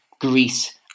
Greece